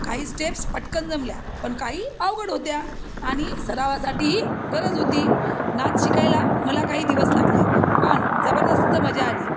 काही स्टेप्स पटकन जमल्या पण काही अवघड होत्या आणि सरावासाठीही गरज होती नाच शिकायला मला काही दिवस लागले पण जबरदस्त मजा आली